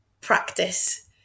practice